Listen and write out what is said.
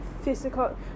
physical